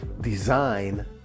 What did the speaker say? design